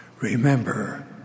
Remember